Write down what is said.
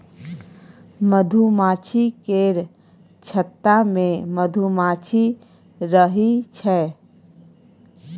मधुमाछी केर छत्ता मे मधुमाछी रहइ छै